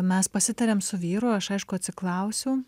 mes pasitarėm su vyru aš aišku atsiklausiau